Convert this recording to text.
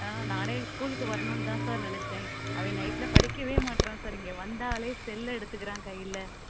ஆ நானே ஸ்கூலுக்கு வர்ணுன்னுதான் சார் நினச்சேன் அவன் நைட்டில் படிக்கவே மாட்டுறான் சார் இங்கே வந்தாலே செல்லை எடுத்துக்குறான் கையில்